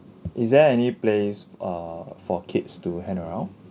is there any place err for kids to hang around